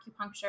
acupuncture